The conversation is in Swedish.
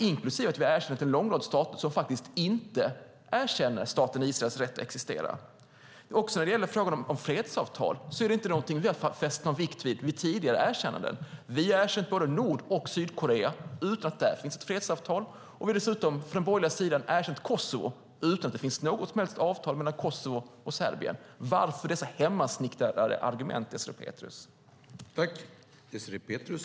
Vi har dessutom erkänt en lång rad stater som faktiskt inte erkänner staten Israels rätt att existera. När det gäller frågan om fredsavtal är det ingenting som vi har fäst vikt vid i samband med tidigare erkännanden. Vi har erkänt både Nord och Sydkorea utan att där finns ett fredsavtal. Den borgerliga sidan har dessutom erkänt Kosovo utan att det finns något avtal mellan Kosovo och Serbien. Varför dessa hemmasnickrade argument, Désirée Pethrus?